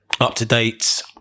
up-to-date